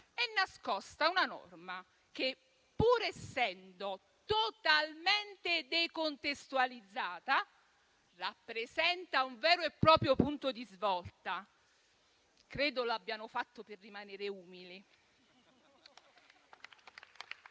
è nascosta una norma che, pur essendo totalmente decontestualizzata, rappresenta un vero e proprio punto di svolta. Credo lo abbiano fatto per rimanere umili.